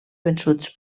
vençuts